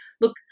look